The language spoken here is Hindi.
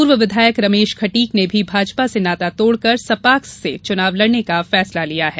पूर्व विधायक रमेश खटीक ने भी भाजपा से नाता तोड़कर सपाक्स से चुनाव लड़ने का फैसला लिया है